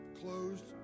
closed